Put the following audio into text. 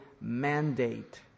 mandate